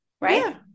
right